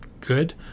good